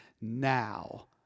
now